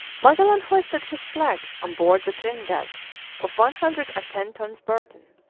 magellan hoisted his flag on board the trinidad of one hundred and ten tons' burden.